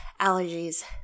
allergies